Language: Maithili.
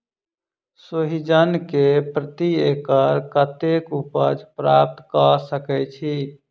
सोहिजन केँ प्रति एकड़ कतेक उपज प्राप्त कऽ सकै छी?